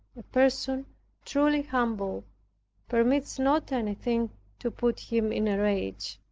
person truly humbled permits not anything to put him in a rage.